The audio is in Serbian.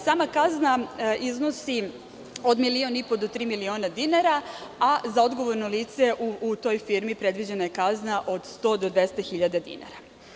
Sama kazna iznosi od milion i po do tri miliona dinara, a za odgovorno lice u toj firmi predviđena je kazna od 100 do 200 hiljada dinara.